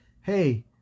hey